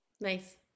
nice